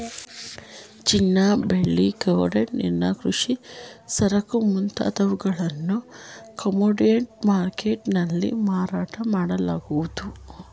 ಚಿನ್ನ, ಬೆಳ್ಳಿ, crude oil, ಕೃಷಿ ಸರಕು ಮುಂತಾದವುಗಳನ್ನು ಕಮೋಡಿಟಿ ಮರ್ಕೆಟ್ ನಲ್ಲಿ ಮಾರಾಟ ಮಾಡಲಾಗುವುದು